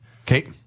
okay